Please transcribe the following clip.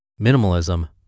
Minimalism